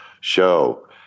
show